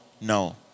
No